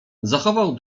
zachował